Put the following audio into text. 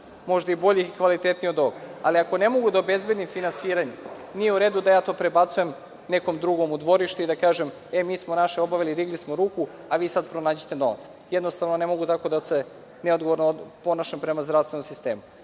možda i boljih i kvalitetniji od ovog. Ali, ako ne mogu da obezbedim finansiranje nije u redu da ja to prebacujem nekom drugom u dvorište i da kažem – e, mi smo naše obavili, digli smo ruku, a vi sad pronađite novac. Jednostavno ne mogu tako neodgovorno da se ponašam prema zdravstvenom sistemu.